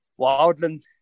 wildlands